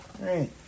right